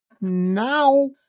now